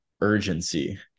urgency